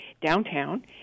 downtown